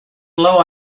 low